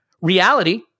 Reality